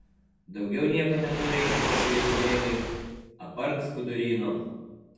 daugiau nieko nenuveikta per gyvenimėlį apart skuduryno